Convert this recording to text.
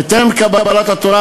בטרם קבלת התורה,